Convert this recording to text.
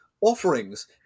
offerings